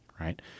right